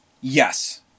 yes